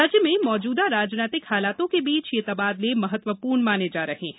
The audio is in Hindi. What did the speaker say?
राज्य में मौजूदा राजनैतिक हालातों के बीच ये तबादले महत्वपूर्ण माने जा रहे हैं